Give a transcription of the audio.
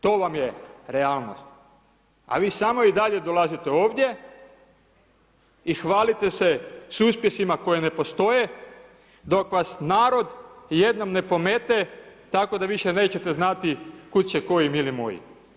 To vam je realnost, a vi samo i dalje dolazite ovdje i hvalite se s uspjesima koji ne postoje, dok vas narod jednom ne pomete tako da više nećete znati kud će koji mili moji.